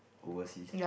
overseas